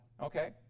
Okay